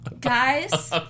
guys